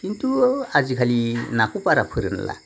खिन्थु आजिखालि नाखौ बारा फोरानला